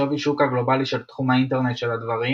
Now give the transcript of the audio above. שווי השוק הגלובלי של תחום האינטרנט של הדברים